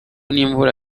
n’imvura